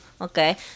okay